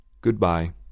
Goodbye